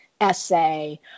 essay